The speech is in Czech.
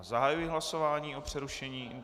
Zahajuji hlasování o přerušení...